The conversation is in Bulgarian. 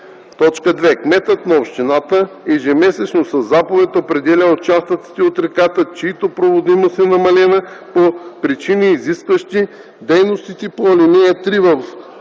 лица; 2. кметът на общината ежемесечно, със заповед, определя участъците от реката, чиято проводимост е намалена по причини, изискващи дейностите по ал. 3, въз основа